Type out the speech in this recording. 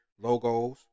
logos